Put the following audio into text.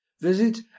Visit